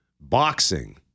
Boxing